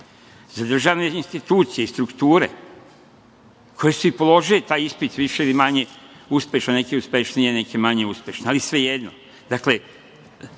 za državne institucije i strukture, koje su i položile taj ispit, više ili manje uspešno, neki uspešnije, neke manje uspešno, ali svejedno. Dakle,